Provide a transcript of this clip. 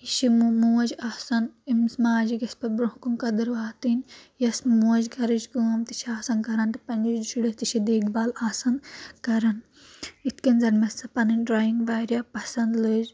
یہِ چھِ موج آسان أمِس ماجہِ گژھِ پَتہٕ برونٛہہ کُن قدٕر واتٕنۍ یۄس موج گَرٕچ کٲم تہِ چھِ آسان کران تہٕ پٕںنِس شُرِس تہِ چھِ دیکھ بال آسان کران یِتھ کٔنۍ زَن مےٚ سۄ پَنٕنۍ ڈرایِنٛگ واریاہ پَسنٛد لٔج